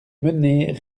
menées